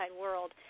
world